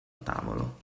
tavolo